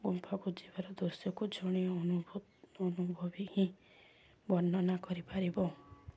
ଗୁମ୍ଫାକୁ ଯିବାର ଦୃଶ୍ୟକୁ ଜଣେ ଅନୁଭବୀ ହିଁ ବର୍ଣ୍ଣନା କରିପାରିବ